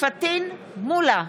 פטין מולא,